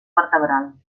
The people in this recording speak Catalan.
vertebral